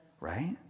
Right